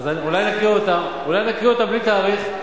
אז אולי נקריא אותם בלי תאריך?